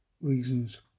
reasons